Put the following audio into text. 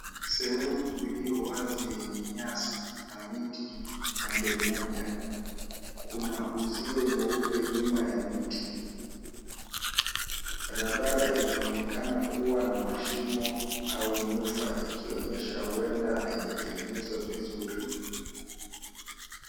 Sehemu iliyo wazi yenye nyasi na miti pande mmoja. Kuna uzio mweupe nyuma ya miti. Barabara inaonekana kuwa na mashimo au nyufa ikionyesha huenda haijatengenezwa vizuri.